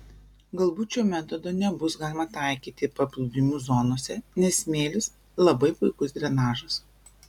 galbūt šio metodo nebus galima taikyti paplūdimių zonose nes smėlis labai puikus drenažas